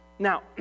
Now